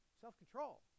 Self-control